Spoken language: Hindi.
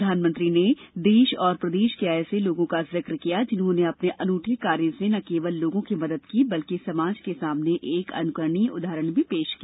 प्रधानमंत्री नरेन्द्र मोदी ने देश और प्रदेश के ऐसे लोगों का जिक किया जिन्होंने अपने अनूठे कार्यो से न केवल लोगों की मदद की बल्कि समाज के सामने एक अनुकरणीय उदाहरण भी पेश किया